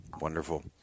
Wonderful